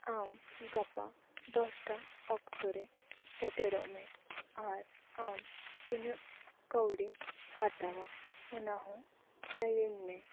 ᱟᱢ ᱜᱟᱯᱟ ᱫᱚᱥᱴᱟ ᱚᱠᱛᱚ ᱨᱮ ᱥᱮᱴᱮᱨᱚᱜ ᱢᱮ ᱟᱨ ᱟᱢ ᱛᱤᱱᱟᱹᱜ ᱠᱟᱹᱣᱰᱤᱢ ᱦᱟᱛᱟᱣᱟ ᱚᱱᱟ ᱦᱚᱸ ᱞᱟᱹᱭᱟᱹᱧ ᱢᱮ